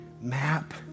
map